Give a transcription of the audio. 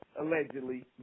allegedly